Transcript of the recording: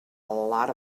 lot